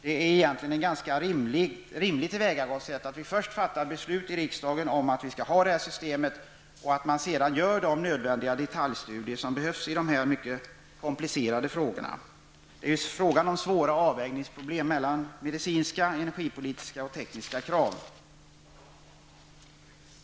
Det är egentligen ett ganska rimligt tillvägagångssätt att vi först fattar beslut i riksdagen om att vi skall ha ett sådant system och att man sedan gör de nödvändiga detaljstudier som behövs i de här mycket komplicerade frågorna. Det är fråga om svåra avvägningar mellan medicinska, energipolitiska och tekniska krav.